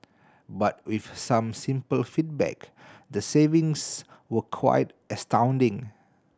but with some simple feedback the savings were quite astounding